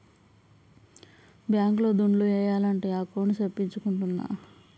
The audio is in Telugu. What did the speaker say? బ్యాంక్ లో దుడ్లు ఏయాలంటే అకౌంట్ సేపిచ్చుకుంటాన్న